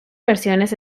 versiones